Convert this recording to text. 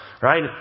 right